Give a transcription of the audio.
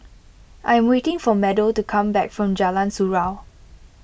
I am waiting for Meadow to come back from Jalan Surau